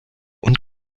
und